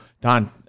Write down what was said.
Don